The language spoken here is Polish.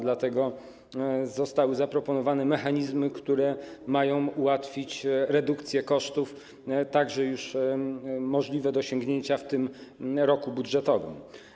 Dlatego zostały zaproponowane mechanizmy, które mają ułatwić redukcję kosztów, które są możliwe do osiągnięcia już w tym roku budżetowym.